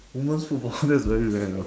women's football that's really very rough